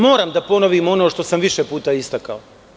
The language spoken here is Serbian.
Moram da ponovim ono što sam više puta istakao.